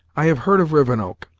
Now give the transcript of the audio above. i have heard of rivenoak,